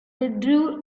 withdrew